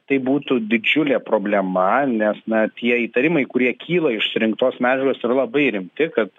tai būtų didžiulė problema nes na tie įtarimai kurie kyla iš surinktos medžiagos yra labai rimti kad